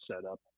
setup